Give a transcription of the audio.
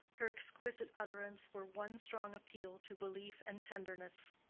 her exquisite utterance, were one strong appeal to belief and tenderness.